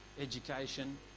education